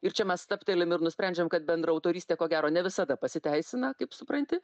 ir čia mes stabtelim ir nusprendžiam kad bendraautorystė ko gero ne visada pasiteisina kaip supranti